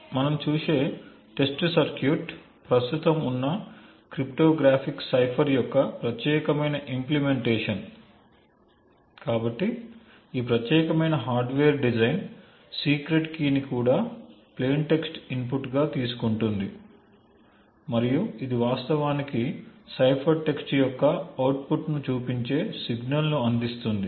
మనం చూసే test circuit ప్రస్తుతం ఉన్న క్రిప్టోగ్రాఫిక్ సైఫర్ యొక్క ప్రత్యేకమైన ఇంప్లిమెంటేషన్ కాబట్టి ఈ ప్రత్యేకమైన హార్డ్వేర్ డిజైన్ సీక్రెట్ కీని కూడా ప్లేయిన్ టెక్స్ట్ ఇన్పుట్గా తీసుకుంటుంది మరియు ఇది వాస్తవానికి సైఫర్ టెక్స్ట్ యొక్క అవుట్పుట్ను చూపించే సిగ్నల్ను అందిస్తుంది